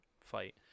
fight